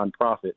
nonprofit